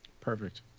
Perfect